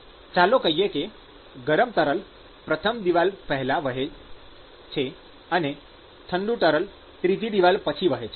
ચાલો કહીએ કે ગરમ તરલ પ્રથમ દિવાલ પહેલાં વહે છે અને ઠંડુ તરલ ત્રીજી દિવાલ પછી વહે છે